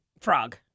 Frog